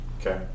okay